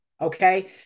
okay